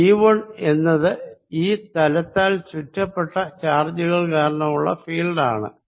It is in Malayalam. E1 എന്നത് ഈ തലത്താൽ ചുറ്റപ്പെട്ട ചാർജുകൾ കാരണമുള്ള ഫീൽഡ് ആണ്